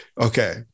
okay